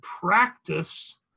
practice